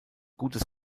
gutes